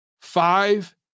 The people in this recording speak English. five